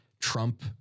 Trump